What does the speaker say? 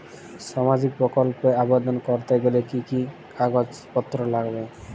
সামাজিক প্রকল্প এ আবেদন করতে গেলে কি কাগজ পত্র লাগবে?